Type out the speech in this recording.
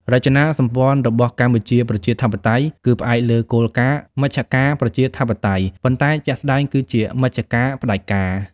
រចនាសម្ព័ន្ធរបស់កម្ពុជាប្រជាធិបតេយ្យគឺផ្អែកលើគោលការណ៍ «មជ្ឈការប្រជាធិបតេយ្យ» ប៉ុន្តែជាក់ស្ដែងគឺជាមជ្ឈការផ្ដាច់ការ។